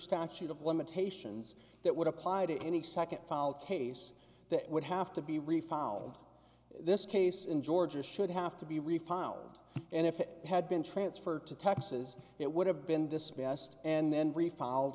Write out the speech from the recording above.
statute of limitations that would apply to any second fall case that would have to be refiled this case in georgia should have to be refiled and if it had been transferred to texas it would have been dismissed and then